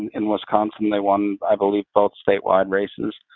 and in wisconsin they won, i believe, both statewide races.